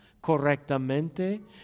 correctamente